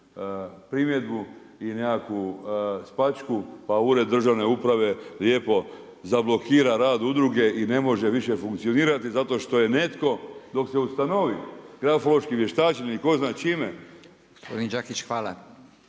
primjedbu i nekakvu spačku pa ured državne uprave lijepo zablokira rad udruge i ne može više funkcionirati zato što je netko dok se ustavi grafološkim vještačenjem i tko zna čime.